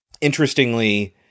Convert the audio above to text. Interestingly